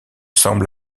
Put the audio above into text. semble